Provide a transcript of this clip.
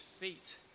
feet